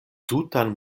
tutan